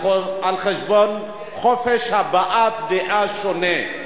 על חשבון חופש הבעת דעה שונה.